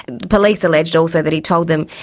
the police alleged also that he told them